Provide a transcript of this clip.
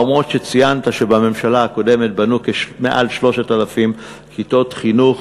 אף-על-פי שציינת שבממשלה הקודמת בנו יותר מ-3,000 כיתות חינוך,